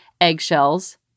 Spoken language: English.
eggshells